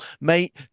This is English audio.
Mate